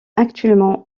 actuellement